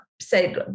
say